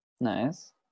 Nice